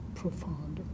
profound